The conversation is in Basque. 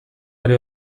are